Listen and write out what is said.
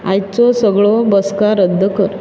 आयच्यो सगळ्यो बसका रद्द कर